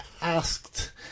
asked